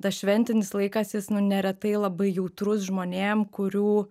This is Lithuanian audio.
tas šventinis laikas jis nu neretai labai jautrus žmonėm kurių